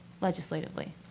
legislatively